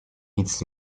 nic